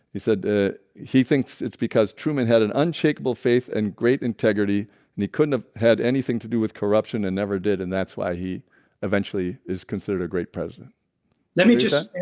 he said ah he thinks it's because truman had an unshakable faith and great integrity and he couldn't have had anything to do with corruption and never did and that's why he eventually is considered a great president let me just